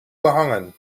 behangen